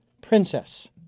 Princess